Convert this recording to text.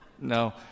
No